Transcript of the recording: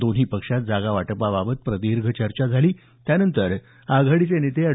दोन्ही पक्षात जागा वाटपाबाबत प्रदीर्घ चर्चा झाली त्यानंतर आघाडीचे नेते अॅड